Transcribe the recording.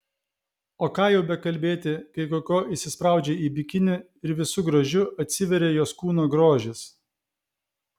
o ką jau bekalbėti kai koko įsispraudžia į bikinį ir visu grožiu atsiveria jos kūno grožis